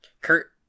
Kurt